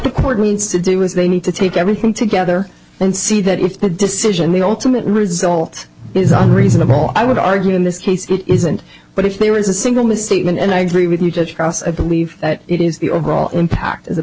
the court needs to do is they need to take everything together and see that if the decision the ultimate result isn't reasonable i would argue in this case it isn't but if there is a single misstatement and i agree with you judge ross i believe that it is the overall impact